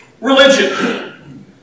religion